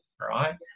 right